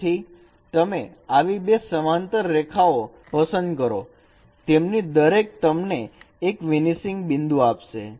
તેથી તમે આવી બે સમાંતર રેખા પસંદ કરો તેમની દરેક તમને એક વેનીસિંગ બિંદુ આપશે